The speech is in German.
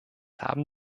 haben